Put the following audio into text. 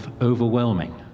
overwhelming